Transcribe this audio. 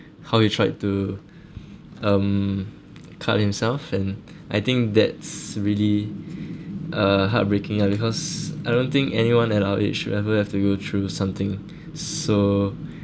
how he tried to um cut himself and I think that's really uh heartbreaking ah because I don't think anyone at our age should ever have to go through something